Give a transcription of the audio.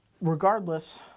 Regardless